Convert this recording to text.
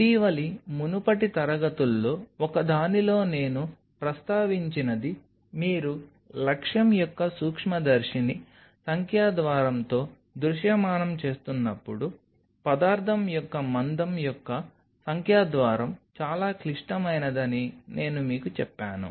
ఇటీవలి మునుపటి తరగతుల్లో ఒకదానిలో నేను ప్రస్తావించినది మీరు లక్ష్యం యొక్క సూక్ష్మదర్శిని సంఖ్యా ద్వారంతో దృశ్యమానం చేస్తున్నప్పుడు పదార్థం యొక్క మందం యొక్క సంఖ్యా ద్వారం చాలా క్లిష్టమైనదని నేను మీకు చెప్పాను